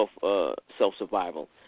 self-survival